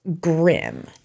grim